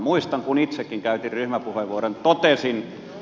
muistan kun itsekin käytin ryhmäpuheenvuoron ja totesin